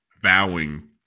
vowing